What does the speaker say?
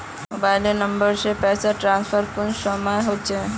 Mobile number से पैसा transfer कुंसम होचे?